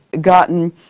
gotten